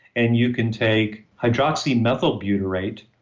and you can take hydroxymethylbutyrate,